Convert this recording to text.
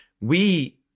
we-